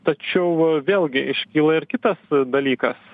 tačiau vėlgi iškyla ir kitas dalykas